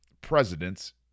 presidents